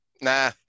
nah